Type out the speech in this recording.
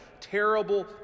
terrible